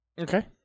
Okay